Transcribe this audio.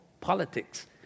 politics